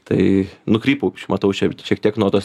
tai nukrypau matau šiek tiek nuo tos